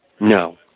No